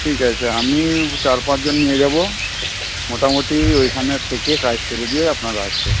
ঠিক আছে আমি চার পাঁচজন নিয়ে যাবো মোটামুটি ওইখানে থেকে কাজ সেরে দিয়ে আপনার আসবো